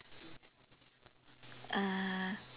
uh